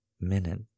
minute